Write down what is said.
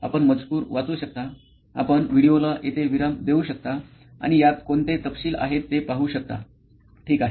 आपण मजकूर वाचू शकता आपण व्हिडिओला येथे विराम देऊ शकता आणि यात कोणते तपशील आहेत ते पाहू शकता ठीक आहे